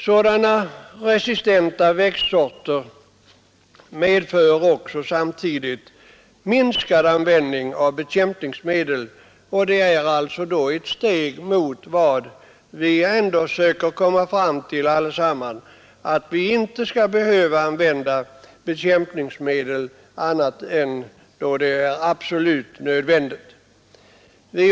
Sådana resistenta växtsorter medför samtidigt minskad användning av bekämpningsmedel och är alltså ett steg mot vad vi ändå alla söker komma fram till, nämligen att vi inte skall behöva använda bekämpningsmedel annat än då det är absolut nödvändigt.